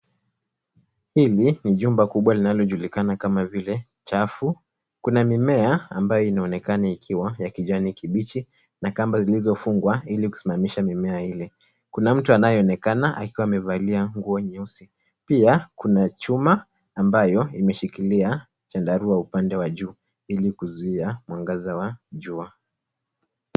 Hili ni jumba kubwa linalojulikana kama vile chafu, kuna mimea ambayo inaonekana ikiwa ya kijani kibichi, na kamba zilizo fungwa ili kusimamisha mimea ile. Kuna mtu anayeonekana akiwa amevalia nguo nyeusi. Pia, kuna chuma ambayo imeshikilia chandarua upande wa juu ili kuzuia mwangaza wa jua.